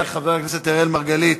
חבר הכנסת אראל מרגלית,